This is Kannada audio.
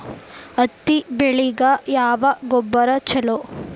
ಹತ್ತಿ ಬೆಳಿಗ ಯಾವ ಗೊಬ್ಬರ ಛಲೋ?